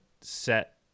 set